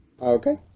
Okay